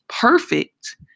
perfect